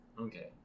Okay